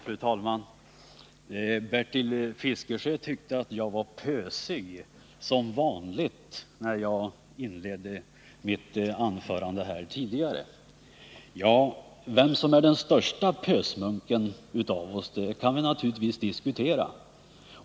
Fru talman! Bertil Fiskesjö tyckte att jag var pösig ”som vanligt” när jag inledde mitt anförande här tidigare. Vem som är den största pösmunken av oss kan vi naturligtvis diskutera.